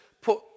put